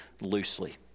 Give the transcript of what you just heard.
loosely